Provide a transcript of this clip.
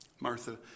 Martha